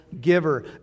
giver